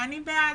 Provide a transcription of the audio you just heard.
אני בעד.